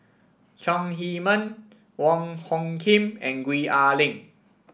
Chong Heman Wong Hung Khim and Gwee Ah Leng